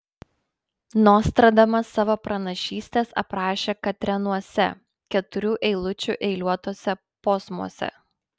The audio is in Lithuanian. nostradamas savo pranašystes aprašė katrenuose keturių eilučių eiliuotuose posmuose